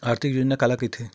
आर्थिक योजना काला कइथे?